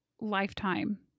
Lifetime